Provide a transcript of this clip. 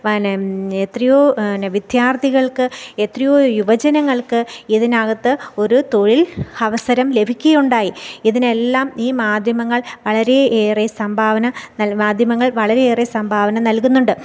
പിന്നെ എത്രയോ പിന്നെ വിദ്യാർത്ഥികൾക്ക് എത്രയോ യുവജനങ്ങൾക്ക് ഇതിനകത്ത് ഒരു തൊഴിൽ അവസരം ലഭിക്കുകയുണ്ടായി ഇതിനെല്ലാം ഈ മാധ്യമങ്ങൾ വളരെ ഏറെ സംഭാവന നൽ മാധ്യമങ്ങൾ വളരെയേറെ സംഭാവന നൽകുന്നുണ്ട്